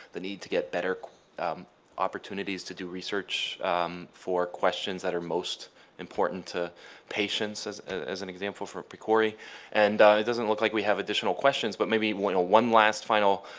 need to get better opportunities to do research for questions that are most important to patients as as an example for pcori and it doesn't look like we have additional questions but maybe one one last final